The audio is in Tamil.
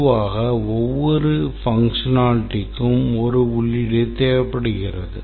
பொதுவாக ஒவ்வொரு functionalityகும் ஒரு உள்ளீடு தேவைப்படுகிறது